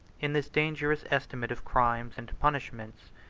in this dangerous estimate of crimes and punishments,